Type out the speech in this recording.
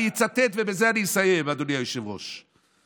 מצא היה איש ירושלים ויקיר העיר.